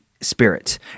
spirit